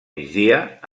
migdia